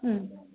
ह्म्